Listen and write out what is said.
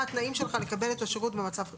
התנאים שלך לקבל את השירות במצב שגרה.